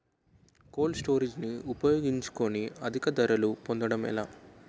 Cold storage ని ఉపయోగించుకొని అధిక ధరలు పొందడం ఎలా?